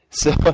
so,